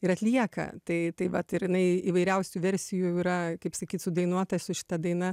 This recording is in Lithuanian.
ir atlieka tai tai vat ir jinai įvairiausių versijų yra kaip sakyt sudainuota su šita daina